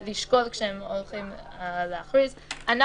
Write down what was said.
הממשלה מסכימה לנוסח שאתם רואים בסעיף 6 עם תיקון אחד,